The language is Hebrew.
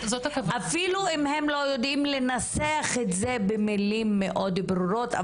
אפילו אם הם לא יודעים לנסח את זה במילים מאוד ברורות,